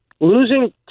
Losing